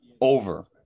Over